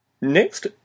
Next